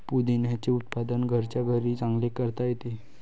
पुदिन्याचे उत्पादन घरच्या घरीही चांगले करता येते